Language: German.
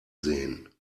sehen